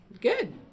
good